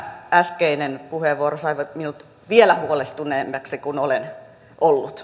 tämä äskeinen puheenvuoro sai minut vielä huolestuneemmaksi kuin olen ollut